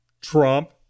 Trump